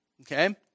okay